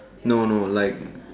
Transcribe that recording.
no no like